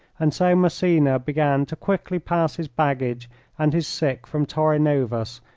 and so massena began to quickly pass his baggage and his sick from torres novas,